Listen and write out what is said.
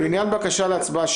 לא יותר ולא פחות מ-1,000, בסדר?